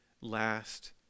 last